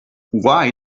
why